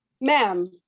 Ma'am